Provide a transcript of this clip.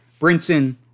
Brinson